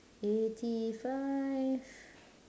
eighty five